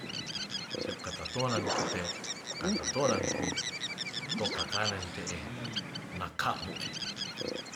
Sepkatatonan kite katatonanku to kakanen te'e naka'mue.